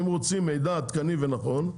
אם רוצים מידע עדכני ונכון,